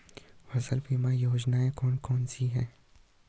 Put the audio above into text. फसल बीमा योजनाएँ कौन कौनसी हैं?